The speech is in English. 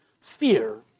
fear